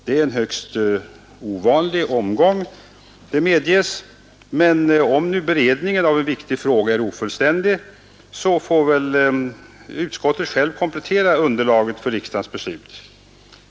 Det är en högst ovanlig omgång — det medges — men om nu beredningen av en viktig fråga är ofullständig får väl utskottet självt komplettera underlaget för riksdagens beslut.